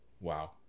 Wow